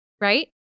right